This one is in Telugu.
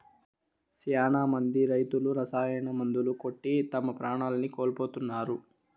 శ్యానా మంది రైతులు రసాయన మందులు కొట్టి తమ ప్రాణాల్ని కోల్పోతున్నారు